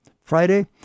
Friday